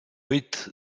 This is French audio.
huit